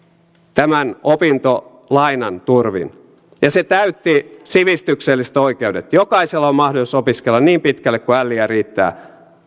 tämän opintolainan turvin ja se täytti sivistykselliset oikeudet jokaisella on mahdollisuus opiskella niin pitkälle kuin älliä riittää